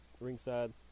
ringside